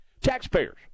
taxpayers